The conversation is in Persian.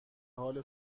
حال